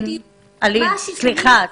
סליחה,